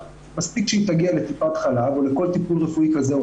מספיק שהיא תגיע לטיפת חלב או לכל טיפול רפואי כזה או